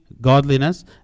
godliness